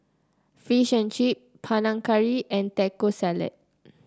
Fish and Chips Panang Curry and Taco Salad